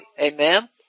Amen